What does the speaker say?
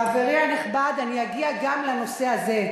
חברי הנכבד, אני אגיע גם לנושא הזה.